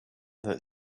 that